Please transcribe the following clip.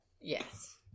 Yes